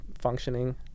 functioning